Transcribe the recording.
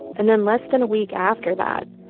and then less than a week after that,